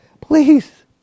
please